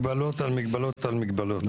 מגבלות על מגבלות על מגבלות.